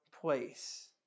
place